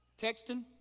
Texting